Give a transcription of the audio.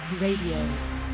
Radio